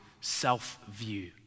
self-view